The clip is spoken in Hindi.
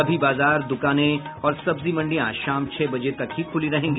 सभी बाजार दुकानें और सब्जी मंडियां शाम छह बजे तक ही खुली रहेंगी